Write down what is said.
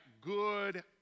good